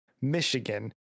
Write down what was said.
Michigan